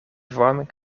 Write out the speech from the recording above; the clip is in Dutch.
verwarming